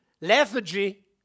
lethargy